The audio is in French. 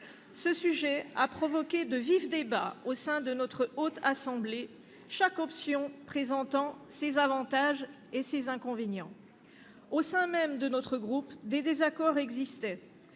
Ce sujet a provoqué de vifs débats au sein de la Haute Assemblée, chaque option présentant ses avantages et ses inconvénients. Au sein même de mon groupe, des désaccords existaient,